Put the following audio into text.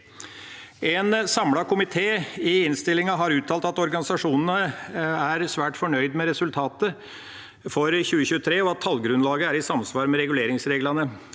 En samlet komité har i innstillinga uttalt at organisasjonene er svært fornøyd med resultatet for 2023, og at tallgrunnlaget er i samsvar med reguleringsreglene.